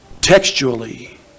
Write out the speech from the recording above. textually